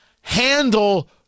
Handle